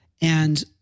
And-